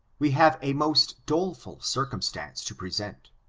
we have a most dole ful circumstance to present,